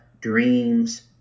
Dreams